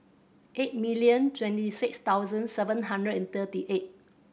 eight million twenty six thousand seven hundred and thirty eight